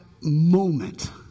moment